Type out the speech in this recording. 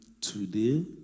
today